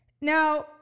now